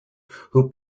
who